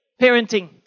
parenting